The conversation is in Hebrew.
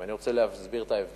ואני רוצה להסביר את ההבדל.